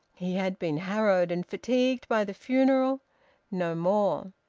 he had been harrowed and fatigued by the funeral no more.